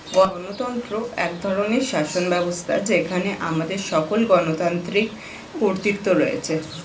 গণতন্ত্র এক ধরনের শাসনব্যবস্থা যেখানে আমাদের সকল গণতান্ত্রিক কর্তৃত্ব রয়েছে